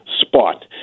spot